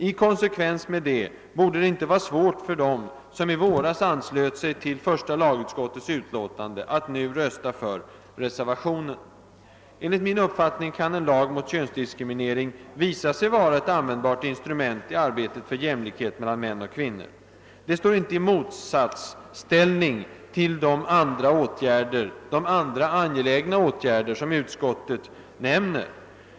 I konsekvens härmed borde det inte vara svårt för dem, som i våras anslöt sig till första lagutskottets utlåtande, att nu rösta för reservationen. En lag mot könsdiskriminering kan vara ett användbart instrument i arbetet för jämlikhet mellan män och kvinnor. En sådan lag står inte i motsatsställning till de andra angelägna åtgärder som utskottet nämner.